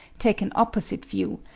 take an opposite view,